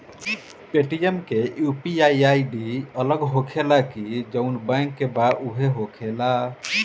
Paytm के UPI ID अलग होखेला की जाऊन बैंक के बा उहे होखेला?